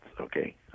okay